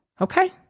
okay